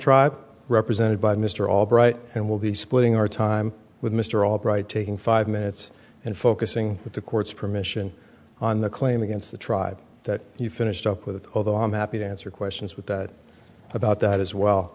lower represented by mr albright and will be splitting our time with mr albright taking five minutes and focusing with the court's permission on the claim against the tribe that you finished up with although i'm happy to answer questions with that about that as well